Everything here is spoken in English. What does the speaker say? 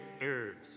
herbs